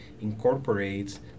incorporates